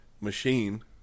machine